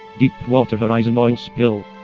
deepwater horizon oil spill